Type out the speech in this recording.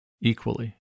equally